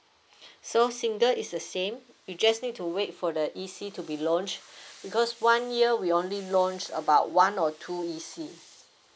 so single is the same you just need to wait for the E_C to be launched because one year we only launch about one or two E_C